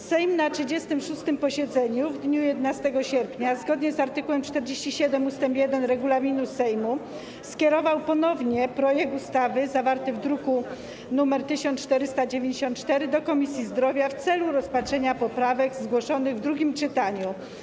Sejm na 36. posiedzeniu w dniu 11 sierpnia, zgodnie z art. 47 ust. 1 regulaminu Sejmu, skierował ponownie projekt ustawy zawarty w druku nr 1494 do Komisji Zdrowia w celu rozpatrzenia poprawek zgłoszonych w drugim czytaniu.